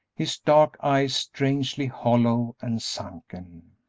his dark eyes strangely hollow and sunken.